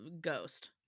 ghost